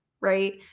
right